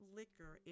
liquor